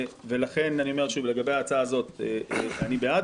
לכן אני אומר שוב לגבי ההצעה הזאת שאני בעד,